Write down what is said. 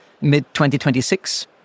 mid-2026